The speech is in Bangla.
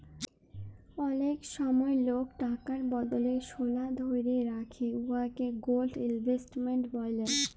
অলেক সময় লক টাকার বদলে সলা ধ্যইরে রাখে উয়াকে গোল্ড ইলভেস্টমেল্ট ব্যলে